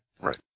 Right